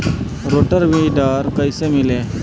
Rotor weeder कईसे मिले?